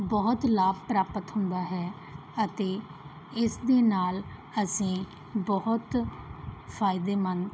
ਬਹੁਤ ਲਾਭ ਪ੍ਰਾਪਤ ਹੁੰਦਾ ਹੈ ਅਤੇ ਇਸ ਦੇ ਨਾਲ ਅਸੀਂ ਬਹੁਤ ਫਾਇਦੇਮੰਦ